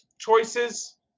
Choices